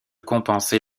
compenser